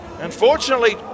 Unfortunately